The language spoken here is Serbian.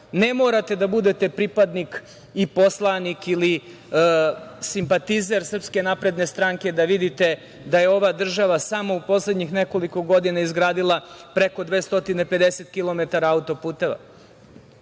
Ne morate da budete pripadnik i poslanik ili simpatizer SNS da vidite da je ova država samo u poslednjih nekoliko godina izgradila preko 250 kilometara auto-puteva.